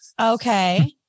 okay